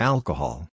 Alcohol